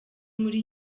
muri